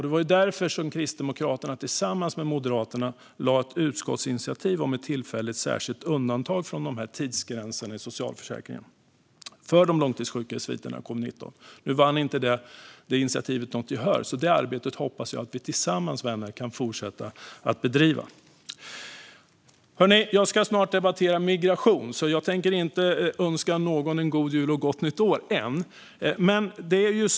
Det var därför Kristdemokraterna tillsammans med Moderaterna lade fram ett utskottsinitiativ om ett tillfälligt särskilt undantag från tidsgränserna i socialförsäkringen för de långtidssjuka i sviterna efter covid-19. Detta initiativ vann inte något gehör, så jag hoppas, vänner, att vi tillsammans kan fortsätta bedriva det arbetet. Jag ska snart debattera migration, så jag tänker inte önska någon en god jul och ett gott nytt år än.